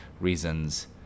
reasons